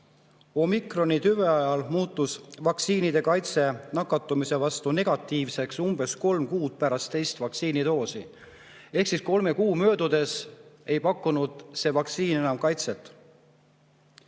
Omikrontüve [leviku] ajal muutus vaktsiinide antav kaitse nakatumise vastu negatiivseks umbes kolm kuud pärast teist vaktsiinidoosi. Ehk kolme kuu möödudes ei pakkunud see vaktsiin enam kaitset.